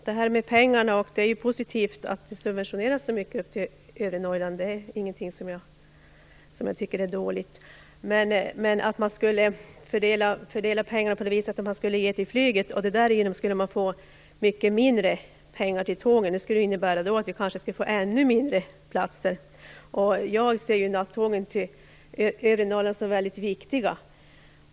Herr talman! Det är positivt att subventionerna till trafiken på övre Norrland är så stora. Det är ingenting som jag tycker är dåligt. Men om pengarna skulle fördelas så att man gav en del till flyget och man därigenom fick mycket mindre pengar till tåget skulle vi kanske få ännu mindre platser. Jag ser nattågen till övre Norrland som väldigt viktiga.